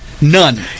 none